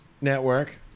network